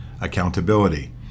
accountability